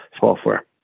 software